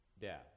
death